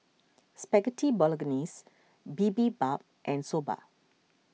Spaghetti Bolognese Bibimbap and Soba